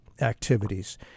activities